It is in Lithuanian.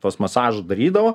tuos masažus darydavo